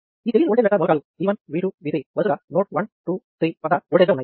ఈ తెలియని voltage vector మూలకాలు V1 V2 V3 వరుసగా నోడ్ 1 2 3 వద్ద ఓల్టేజ్ గా ఉన్నాయి